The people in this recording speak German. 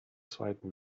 zweiten